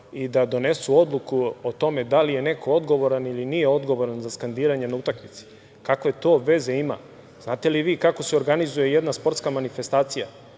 i da donesu odluku o tome da li je neko odgovoran ili nije odgovoran za skandiranje na utakmici. Kakve to veze ima? Znate li vi kako se organizuje jedna sportska manifestacija?